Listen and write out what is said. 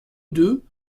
deux